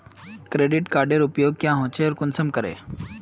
Credit कार्डेर उपयोग क्याँ होचे आर कुंसम करे?